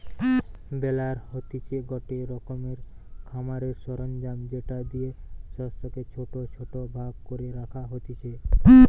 বেলার হতিছে গটে রকমের খামারের সরঞ্জাম যেটা দিয়ে শস্যকে ছোট ছোট ভাগ করে রাখা হতিছে